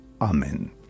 Amen